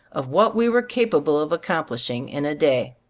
of what we were capable of accomplishing in a day.